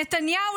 נתניהו,